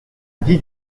dit